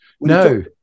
no